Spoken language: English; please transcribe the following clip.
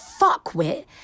fuckwit